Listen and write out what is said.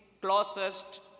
closest